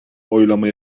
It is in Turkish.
oylama